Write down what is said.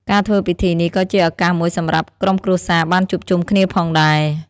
ការធ្វើពិធីនេះក៏ជាឱកាសមួយសម្រាប់ក្រុមគ្រួសារបានជួបជុំគ្នាផងដែរ។